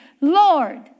Lord